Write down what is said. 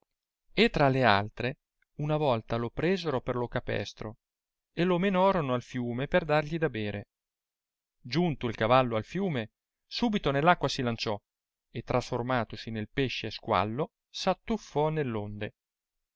e tra le altre una volta lo presero per lo capestro e lo menorono al fiume per dargli da bere giunto il cavallo al fiume subito nell acqua si lanciò e trasformatosi nel pesce squallo s attuff ò nell'onde